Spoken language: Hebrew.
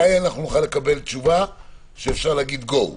מתי אנחנו נוכל לקבל תשובה שאפשר להגיד "גו"?